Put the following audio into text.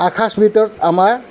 আকাশ ভিতৰত আমাৰ